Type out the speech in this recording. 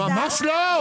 ממש לא.